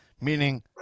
meaning